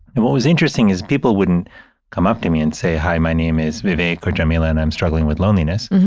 and what was interesting is people wouldn't come up to me and say, hi, my name is vivek or jameela and i'm struggling with loneliness.